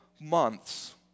months